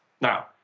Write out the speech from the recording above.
Now